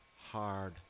hard